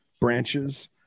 branches